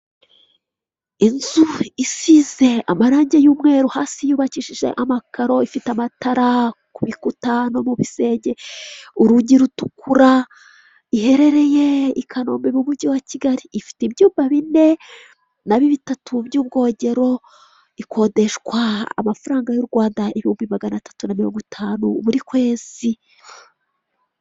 Inzu isize amarangi y'umweru hasi yubakishije amakaro, ifite amatara ku bikuta no mu bisenge, urugi rutukura, iherereye i kanombe mu mujyi wa Kigali, ifite ibyumba bine na bitatu by'ubwogero ikodeshwa amafaranga y'u Rwanda ibihumbi magana atatu na mirongo itanu buri kwezi.